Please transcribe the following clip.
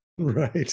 Right